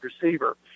receiver